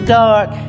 dark